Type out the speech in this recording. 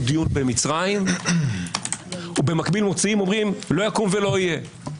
דיון במצרים ובמקביל אומרים: לא יקום ולא יהיה.